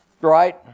right